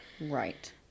Right